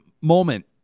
moment